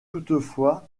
toutefois